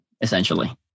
essentially